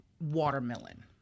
watermelon